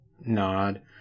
nod